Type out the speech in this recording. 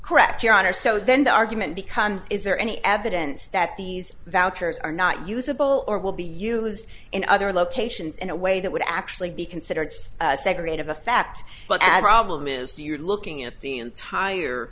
correct your honor so then the argument becomes is there any evidence that these vouchers are not usable or will be used in other locations in a way that would actually be considered second rate of effect but as robin is to you're looking at the entire